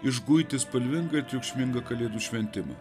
išguiti spalvingą ir triukšmingą kalėdų šventimą